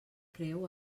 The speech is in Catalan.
creu